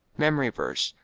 memory verse,